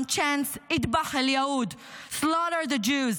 chants of "Itbah el Yahud" slaughter the Jews,